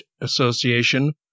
association